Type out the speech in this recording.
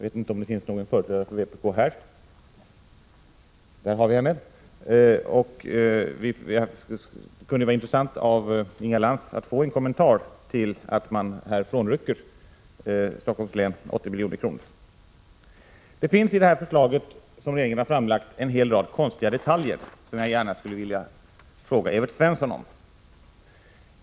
Det skulle vara intressant att av Inga Lantz få en kommentar till att man här frånrycker barnomsorgen i Stockholms län 80 milj.kr. Det finns i det förslag som regeringen framlagt en hel rad konstiga detaljer som jag skulle vilja fråga Evert Svensson om.